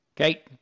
Okay